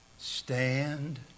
Stand